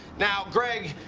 now, greg,